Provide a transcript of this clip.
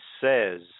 says